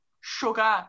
sugar